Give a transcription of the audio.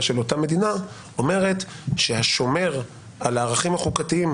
של אותה מדינה אומרת שהשומר על הערכים החוקתיים,